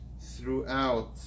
throughout